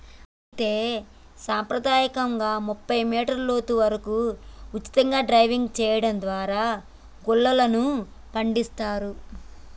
అయితే సంప్రదాయకంగా ముప్పై మీటర్ల లోతు వరకు ఉచితంగా డైవింగ్ సెయడం దారా గుల్లలను పండిస్తారు